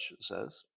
says